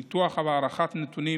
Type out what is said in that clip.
ניתוח והערכה של נתונים